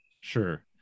sure